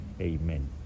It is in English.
Amen